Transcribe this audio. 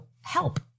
help